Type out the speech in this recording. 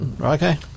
Okay